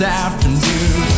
afternoon